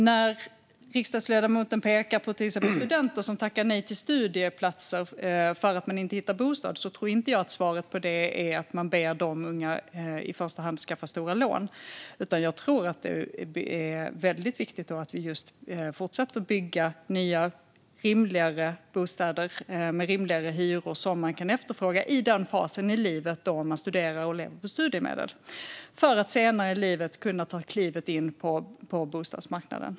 När riksdagsledamoten pekar på till exempel studenter som tackar nej till studieplatser för att de inte hittar bostad, tror jag inte att svaret i första hand är att de ska skaffa stora lån. Jag tror att det är viktigt att vi fortsätter att bygga bostäder med rimligare hyror som de kan efterfråga i den fasen de är i livet med studier och studiemedel. De kan sedan senare i livet ta klivet in på bostadsmarknaden.